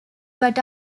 but